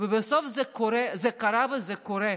ובסוף זה קרה וזה קורה.